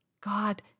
God